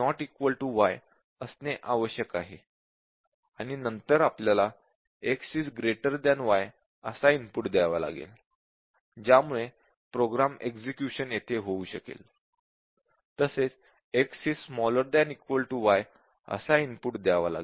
y असणे आवश्यक आहे आणि नंतर आपल्याला x y असा इनपुट द्यावा लागेल ज्यामुळे प्रोग्राम एक्सक्यूशन येथे येऊ शकेल तसेच x y असा इनपुट द्यावा लागेल